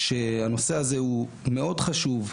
שהנושא הזה הוא מאוד חשוב,